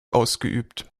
ausgeübt